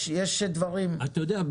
אתה יודע,